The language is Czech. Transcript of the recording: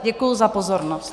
Děkuji za pozornost.